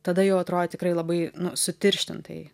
tada jau atrodė tikrai labai sutirštintai